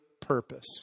purpose